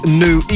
new